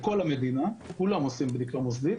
כל המדינה יכולה לעשות בדיקה מוסדית,